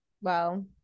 Wow